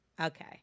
Okay